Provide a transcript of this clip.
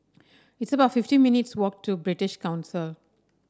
it's about fifty minutes' walk to British Council